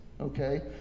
Okay